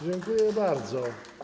Dziękuję bardzo.